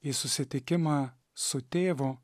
į susitikimą su tėvu